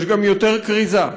יש גם יותר כריזה.